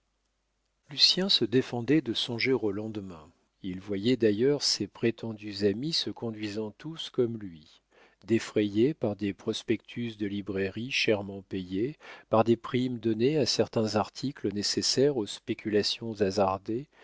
le reste lucien se défendait de songer au lendemain il voyait d'ailleurs ses prétendus amis se conduisant tous comme lui défrayés par des prospectus de librairie chèrement payés par des primes données à certains articles nécessaires aux spéculations hasardées